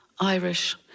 Irish